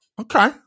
Okay